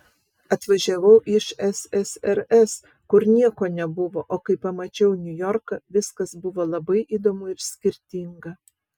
atvažiavau iš ssrs kur nieko nebuvo o kai pamačiau niujorką viskas buvo labai įdomu ir skirtinga